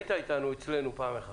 היית אצלנו פעם אחת,